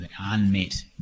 unmet